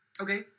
Okay